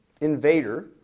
invader